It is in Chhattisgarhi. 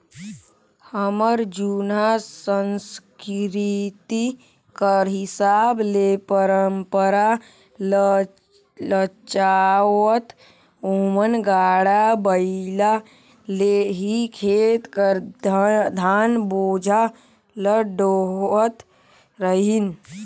हमर जुनहा संसकिरती कर हिसाब ले परंपरा ल चलावत ओमन गाड़ा बइला ले ही खेत कर धान बोझा ल डोहत रहिन